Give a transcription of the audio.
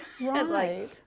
Right